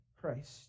Christ